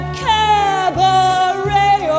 cabaret